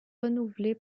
renouvelée